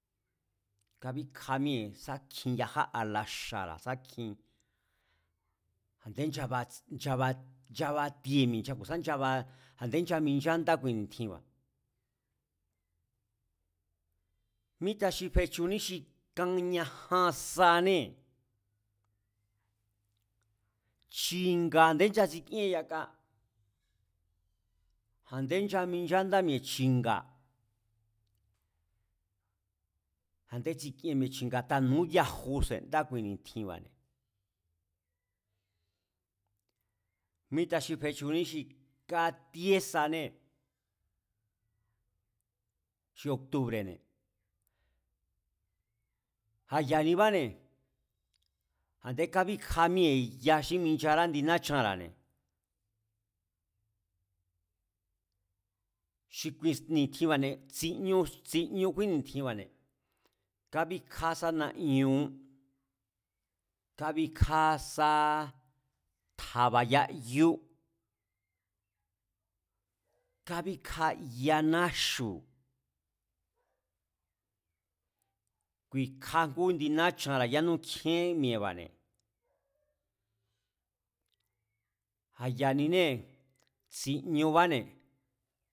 Kánbíkja míée̱ sá kjin yaja alaxa̱ra̱ sá kjin, a̱nde nchab. nchabatie mi̱e̱ ku̱ sa nchabatsie, a̱ndé nchaminchándá kui ni̱tjinba̱, míta xi fechuní xi kan ñajan sanée̱, chi̱nga̱ a̱ndé nchatsikíén yaka, a̱ndé nchaminchándá chi̱nga̱, a̱ndé tsi̱kien mi̱e̱ chi̱nga̱ a̱taa̱ núyaju se̱ndá kui ni̱tjinba̱ne̱. Míta xi fechuní xi katíé sanée̱ xi octubre̱ne̱, a̱ ya̱nibáne̱ a̱ndé kabíkja míée̱ ya xí michará ndi náchanra̱ne̱, xi kui ni̱tjinba̱ne̱ tsi̱ñu kúí ni̱tjinba̱ne̱, kábíkjá sá nañú, kábíkjá sá tja̱ba̱ yayú, kábíkjá ya náxu̱, ku̱i̱kja ngú indi nachanra̱ yánú kjíén mi̱e̱ba̱ne̱. A̱ ya̱ninée̱ tsi̱ñubáne̱